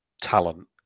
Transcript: talent